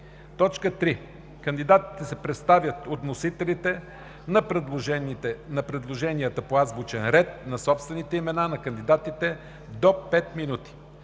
3. Кандидатите се представят от вносителите на предложенията по азбучен ред на собствените имена на кандидатите – до 5 минути.